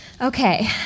Okay